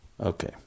Okay